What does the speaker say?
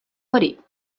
verí